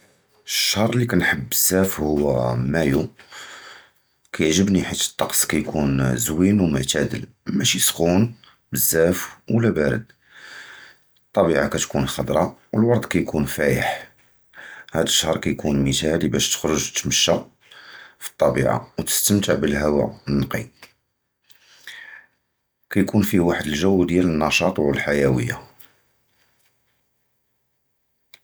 אֶל-שְׁהַר לִיּ כַּנְחַבּ בְּזַבַּא הִיָּא מַאי, כַּיַּעְגְּבּנִי כִּיַּאש אֶל-טַּקַּס כַּיֻּקוּן זְווִין וּמֻעְתָדַּל, מַאשִׁי סַחּוּן בְּזַבַּא וְלָא בָּרְדּ, אֶל-טַּבִּיעָה כַּתֻּקוּן חַ'דְרָא, וְאֶל-וָרְד כַּיֻּקוּן פַאִיח. הַדָּא אֶל-שְׁהַר כַּיֻּקוּן מֻתָּאַלִיּ בְּשַׁא תִּצְרְח תִּתְמַשָּׁי פִי-אֶל-טַּבִּיעָה וְתִסְתַמְתַע בְּאֶל-אוּוָא אֶל-נָּקִי. כַּיֻּקוּן פִיוּ וָחְד אֶל-גַּ'וּ דִיָּאל אֶל-נַּשַּׁاط וְאֶל-חַיּוּיָה.